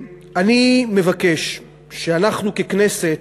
אני מבקש שאנחנו, ככנסת,